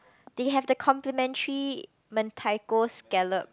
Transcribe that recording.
they have the complimentary mentaiko scallop